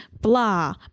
Blah